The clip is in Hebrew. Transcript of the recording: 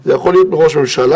זה יכול להיות מראש ממשלה,